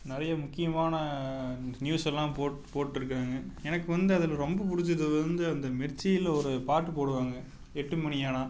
நிறையா முக்கியமான நியூஸெல்லாம் போட் போட்டிருக்காங்க எனக்கு வந்து அதில் ரொம்ப பிடிச்சது வந்து அந்த மிர்ச்சில ஒரு பாட்டு போடுவாங்க எட்டு மணியானால்